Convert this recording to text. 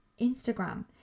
Instagram